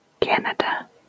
Canada